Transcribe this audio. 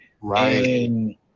Right